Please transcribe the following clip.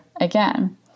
again